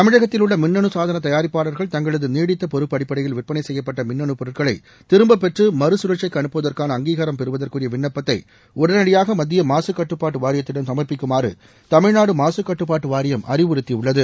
தமிழகத்தில் உள்ள மின்னணு சாதன தயாரிப்பாளர்கள் தங்களது நீடித்த பொறுப்பு அடிப்படையில் விற்பனை செய்யப்பட்ட மின்னனு பொருட்களை திரும்பப் பெற்று மறு சுழற்சிக்கு அனுப்புவதற்கான அங்கீகாரம் பெறுவதற்குரிய விண்ணப்பத்தை உடனடியாக மத்திய மாகக் கட்டுப்பாடு வாரியத்திடம் சமர்ப்பிக்குமாறு தமிழ்நாடு மாசுக் கட்டுப்பாடு வாரியம் அறிவுறுத்தியுள்ளது